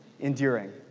enduring